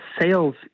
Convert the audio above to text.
sales